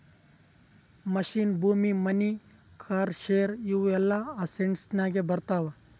machine, ಭೂಮಿ, money, car, share ಇವು ಎಲ್ಲಾ ಅಸೆಟ್ಸನಾಗೆ ಬರ್ತಾವ